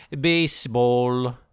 baseball